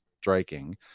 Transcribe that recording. striking